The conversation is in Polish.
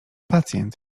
pacjent